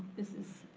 mrs.